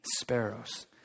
sparrows